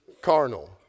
carnal